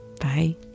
Bye